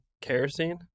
Kerosene